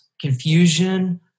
confusion